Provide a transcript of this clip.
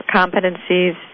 competencies